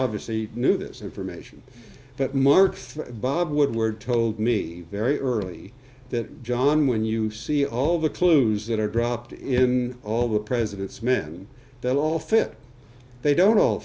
obviously knew this information but mark's bob woodward told me very early that john when you see all the clues that are dropped in all the president's men that all fit they don't all